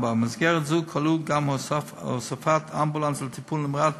במסגרת זו כלולה גם הוספת אמבולנס לטיפול נמרץ